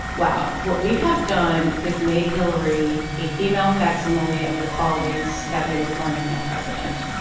wow, what we have done is made hillary a female facsimile of the qualities that we look for in a male president.